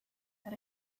that